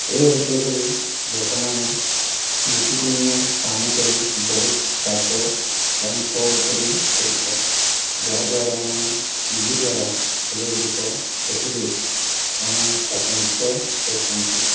ଏ ଅଞ୍ଚଳରେ ଲୋକମାନେ ନିତିଦିନିଆ କାମ କରି ବହୁତ ଚାପ ତାଙ୍କ ଉପରେ ପଡ଼ିଥାଏ ଯାହାଦ୍ୱାରା ଏମାନେ ଟିଭି ଦ୍ୱାରା ଖେଳଗୁଡ଼ିକ ଦେଖିଲେ ଏମାନେ ଚାପ ମୁକ୍ତ ହୋଇଥାନ୍ତି